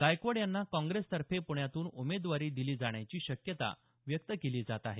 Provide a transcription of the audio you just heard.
गायकवाड यांना काँग्रेसतर्फे प्ण्यातून उमेदवारी दिली जाण्याची शक्यता व्यक्त केली जात आहे